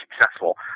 successful